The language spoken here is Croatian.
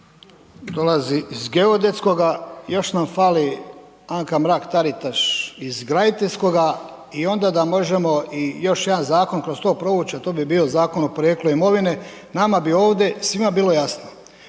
dolazi iz geodetskoga još nam fali Anka Mrak Taritaš iz graditeljskoga i onda da možemo i još jedan zakon kroz to provući, a to bi bio Zakon o porijeklu imovine, nama bi ovde svima bilo jasno.